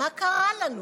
מה קרה לנו?